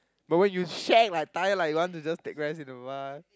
but when you shag like tired like you want to just take rest in awhile